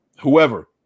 whoever